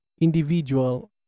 individual